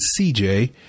CJ